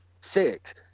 six